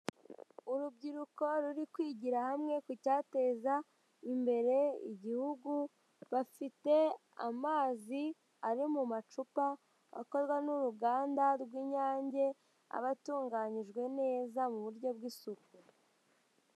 Urubyiruko ruri kwigira hamwe ku cyateza imbere igihugu, bafite amazi ari mu macupa akorwa n'uruganda rw'Inyange, aba atunganyijwe neza mu buryo bw'isuku.